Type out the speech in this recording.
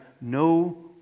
no